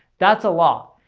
that's a lot,